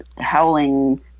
howling